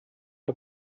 der